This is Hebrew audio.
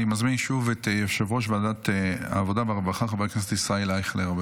אני מזמין שוב את יושב-ראש ועדת העבודה והרווחה חבר הכנסת ישראל אייכלר,